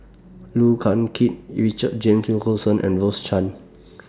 Look Yan Kit Richard James Wilkinson and Rose Chan